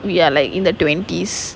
we are like in the twenties